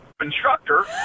instructor